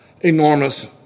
enormous